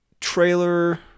Trailer